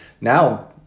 Now